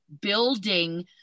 building